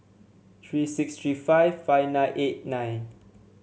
three six three five five nine eight nine